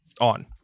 on